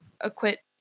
acquit